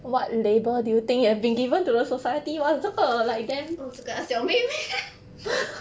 orh 这个 ah 小妹妹